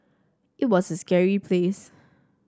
it was a scary place